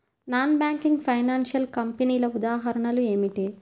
Non banking financial కంపెనీల ఉదాహరణలు ఏమిటి?